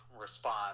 response